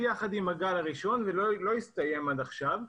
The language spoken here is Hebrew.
יחד עם הגל הראשון ולא הסתיים עד עכשיו.